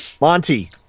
Monty